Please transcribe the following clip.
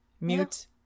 Mute